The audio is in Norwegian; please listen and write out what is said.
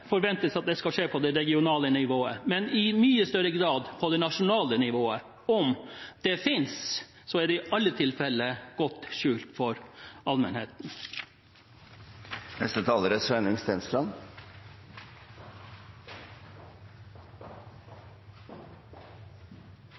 forventes at den skal skje på det regionale nivået, men i mye større grad på det nasjonale nivået. Om den finnes, er den i alle tilfelle godt skjult for allmennheten.